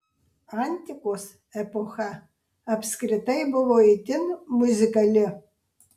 antikos epocha apskritai buvo itin muzikali